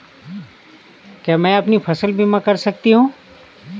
क्या मैं अपनी फसल बीमा करा सकती हूँ?